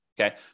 Okay